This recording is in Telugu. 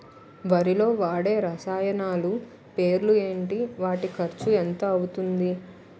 వరిలో వాడే రసాయనాలు పేర్లు ఏంటి? వాటి ఖర్చు ఎంత అవతుంది?